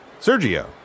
Sergio